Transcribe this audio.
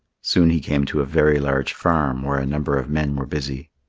soon he came to a very large farm where a number of men were busy.